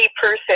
person